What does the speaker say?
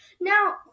Now